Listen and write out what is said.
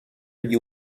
you